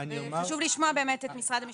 חשוב לשמוע את משרד המשפטים.